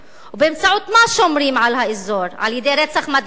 באמצעות מה שומרים על האזור, על-ידי רצח מדענים?